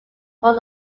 horn